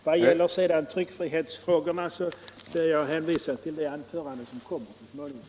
Vad sedan gäller tryckfrihetsfrågorna ber jag att få hänvisa till det anförande som kommer så småningom.